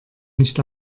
nicht